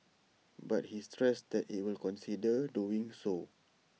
but he stressed that IT will consider doing so